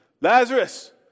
Lazarus